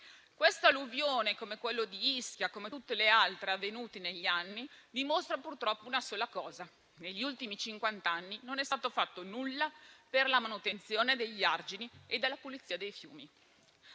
Quest'alluvione, come quella di Ischia e come tutte le altre avvenute negli anni, dimostra purtroppo una sola cosa: negli ultimi cinquant'anni non è stato fatto nulla per la manutenzione degli argini e per la pulizia dei fiumi.